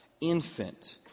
infant